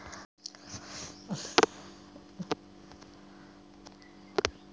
पपईची झाडा तीन लिंगात येतत नर, मादी आणि उभयलिंगी